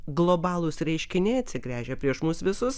globalūs reiškiniai atsigręžia prieš mus visus